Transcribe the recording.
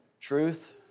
Truth